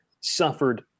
suffered